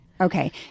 Okay